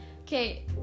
okay